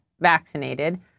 vaccinated